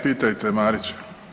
Pitajte Marića.